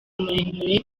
muremure